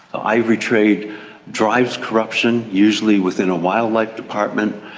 ivory trade drives corruption, usually within a wildlife department,